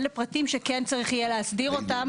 אלה פרטים שצריך יהיה להסדיר אותם